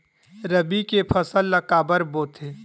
रबी के फसल ला काबर बोथे?